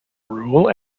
rule